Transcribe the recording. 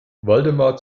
waldemar